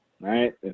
right